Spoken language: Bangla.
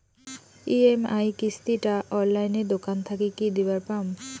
ই.এম.আই কিস্তি টা অনলাইনে দোকান থাকি কি দিবার পাম?